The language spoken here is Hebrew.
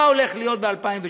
מה הולך להיות ב-2019,